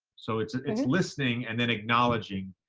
so it's, it's listening and then acknowledging.